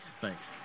Thanks